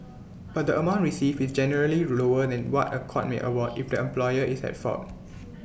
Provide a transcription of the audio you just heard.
but the amount received is generally lower than what A court may award if the employer is at fault